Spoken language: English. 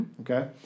Okay